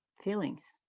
feelings